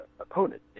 opponent